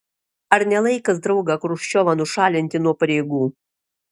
ar ne laikas draugą chruščiovą nušalinti nuo pareigų